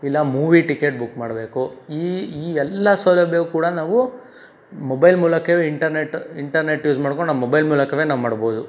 ಇಲ್ಲ movie ticket book ಮಾಡಬೇಕು ಈ ಈ ಎಲ್ಲ ಸೌಲಭ್ಯವು ಕೂಡ ನಾವು ಮೊಬೈಲ್ ಮೂಲಕವೇ ಇಂಟರ್ನೆಟ್ ಇಂಟರ್ನೆಟ್ ಯೂಸ್ ಮಾಡ್ಕೊಂಡು ನಾವು ಮೊಬೈಲ್ ಮೂಲಕವೇ ನಾವು ಮಾಡ್ಬೋದು